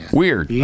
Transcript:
weird